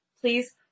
Please